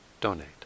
donate